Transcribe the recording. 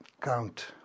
count